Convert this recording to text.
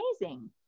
amazing